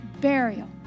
burial